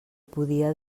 podia